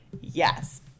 yes